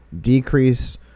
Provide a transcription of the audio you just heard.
decrease